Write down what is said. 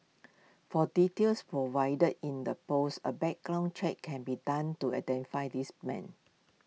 from details provided in the post A background check can be done to identify this man